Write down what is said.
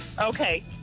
Okay